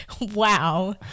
Wow